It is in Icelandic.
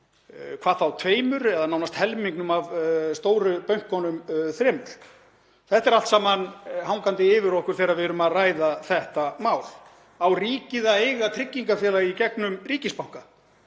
hvað þá tveimur eða nánast helmingnum af stóru bönkunum þremur? Þetta er allt saman hangandi yfir okkur þegar við erum að ræða þetta mál. Á ríkið að eiga tryggingafélög í gegnum ríkisbanka?